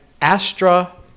Astra